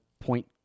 point